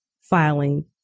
filing